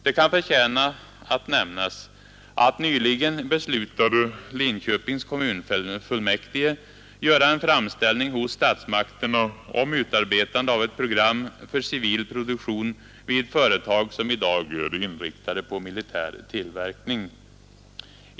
Det kan förtjäna att nämnas att nyligen beslutade Linköpings kommunfullmäktige göra en framställning hos statsmakterna om utarbetande av ett program för civil produktion vid företag som i dag är inriktade på militär tillverkning.